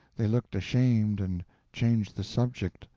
they looked ashamed and changed the subject,